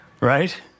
Right